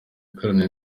gukorana